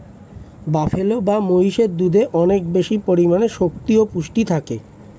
buffalo বা মহিষের দুধে অনেক বেশি পরিমাণে শক্তি ও পুষ্টি থাকে